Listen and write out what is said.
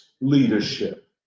leadership